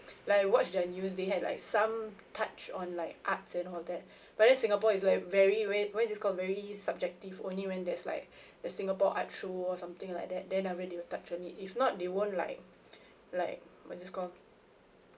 like you watch the news they had like some touch on like arts and all that but then singapore is like very re~ why is called very subjective only when there's like the singapore art show or something like that then are when they will touch on it if not they won't like like what is this called